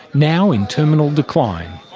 now in terminal decline.